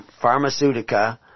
Pharmaceutica